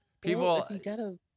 People